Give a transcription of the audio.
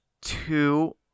two